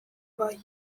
bai